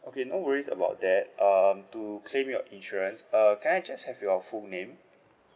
okay no worries about that um to claim your insurance uh can I just have your full name